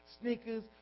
sneakers